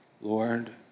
Lord